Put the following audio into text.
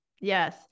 Yes